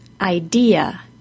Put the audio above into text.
IDEA